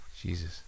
Jesus